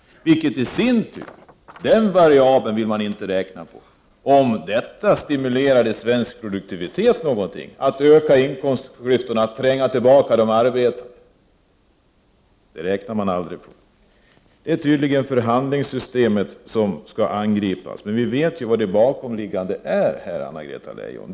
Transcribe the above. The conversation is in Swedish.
Att öka inkomstklyftorna och tränga tillbaka de arbetande, ökade detta svensk produktivitet? Det räknade man aldrig på. Det är tydligen förhandlingssystemet som skall angripas. Men vi vet vad som ligger bakom, Anna-Greta Leijon.